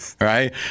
right